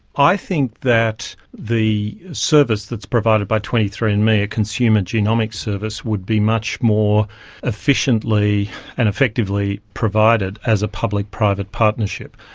i think that the service that's provided by twenty three andme, a a consumer genomics service, would be much more efficiently and effectively provided as a public-private partnership.